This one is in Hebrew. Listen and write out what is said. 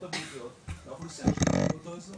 הבריאותיות על האוכלוסיה שגרה באותו אזור.